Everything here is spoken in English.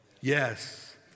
yes